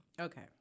Okay